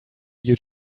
you